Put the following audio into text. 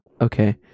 Okay